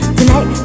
tonight